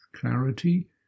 clarity